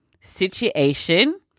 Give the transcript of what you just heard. situation